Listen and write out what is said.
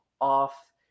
off